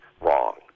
wrong